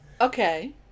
Okay